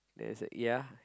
then I said ya